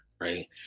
right